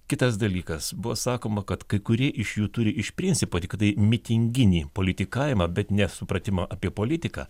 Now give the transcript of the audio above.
kitas dalykas buvo sakoma kad kai kurie iš jų turi iš principo tiktai mitinginį politikavimą bet ne supratimą apie politiką